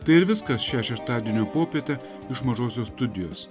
tai ir viskas šią šeštadienio popietę iš mažosios studijos